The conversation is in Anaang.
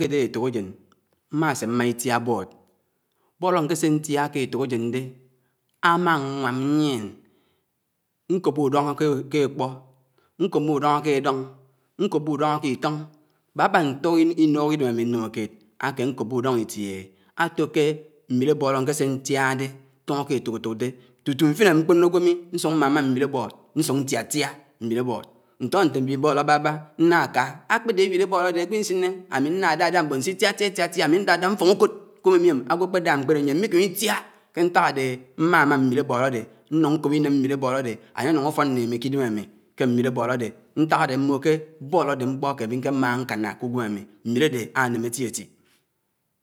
Kédéhé étokájén, mmásé mmá itiá bọd. Bọd ákénsé tiá ke étokájén dé amawam ñyién, nkòpò ùdọñọ ké ákpọ nkòmò ùdọñọ ké édọŋ, nkòbò ùdọñọ ké itọñg. Bábá ntọk inwc idém ámi nnòmòkiét áké nkòbò ùtiéhé átò ké ñwiré bọd áñkésé tiáháde tọñọ ké étok étok dé tutu mfiném añkpònòvwò mi, nsùk mámá ñwiré bọd nsùk tiátiá nwire bọd ntọ nté mbiré bọd ábábá nnáka. Akpédé éwire bọd ádé ágwo isiné ámj nnádádá mmòn sitiatia étiátiá ami ndádá mfoŋ ùkòd ké ùmimim. Agwo ákpédá mkpédé nyién mmékém itia, ké nták ádéhé mmá ámá miré bọdé ñyuŋ kòp iném nwiré ábọdé. ányéyọñg fọn nnémi ké idém ámi ké mmiré ábọdé. Ntákdé nmò ké bọd ádé mkpọ kémi ñkémáhá ñkáñ kgwém ámi, mmire ádé áném etiéti.